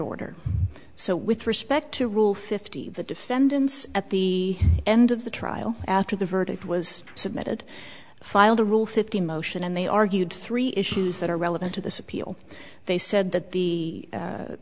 order so with respect to rule fifty the defendants at the end of the trial after the verdict was submitted filed a rule fifty motion and they argued three issues that are relevant to this appeal they said that the